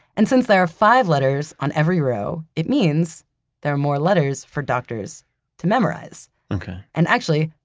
and since there are five letters on every row, it means there are more letters for doctors to memorize okay and actually,